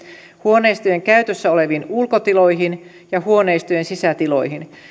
huoneistojen käytössä oleviin ulkotiloihin ja huoneistojen sisätiloihin